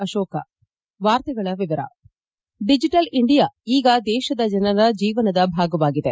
Ashoka digital India ಈಗ ದೇಶದ ಜನರ ಜೀವನದ ಭಾಗವಾಗಿದೆ